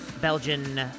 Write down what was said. Belgian